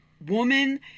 woman